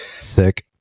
Sick